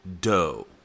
Doe